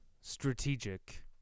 strategic